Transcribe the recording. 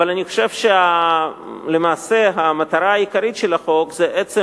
אבל אני חושב שהמטרה העיקרית של החוק זה עצם